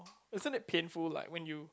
isn't it painful like when you